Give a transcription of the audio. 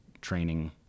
training